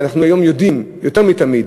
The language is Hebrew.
ואנחנו היום יודעים יותר מתמיד